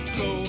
go